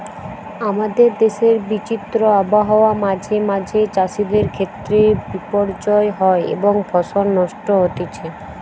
আমাদের দেশের বিচিত্র আবহাওয়া মাঁঝে মাঝে চাষিদের ক্ষেত্রে বিপর্যয় হয় এবং ফসল নষ্ট হতিছে